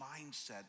mindset